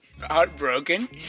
heartbroken